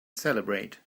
celebrate